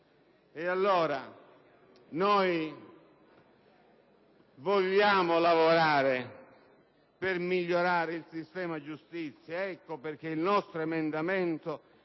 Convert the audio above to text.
rispettare. Vogliamo lavorare per migliorare il sistema giustizia; ecco perché il nostro emendamento